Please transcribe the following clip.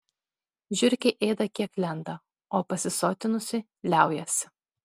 žiurkė ėda kiek lenda o pasisotinusi liaujasi